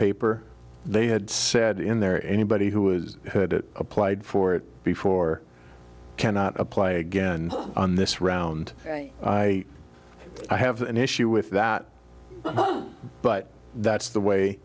paper they had said in there anybody who has had it applied for it before cannot apply again on this round i have an issue with that but that's the way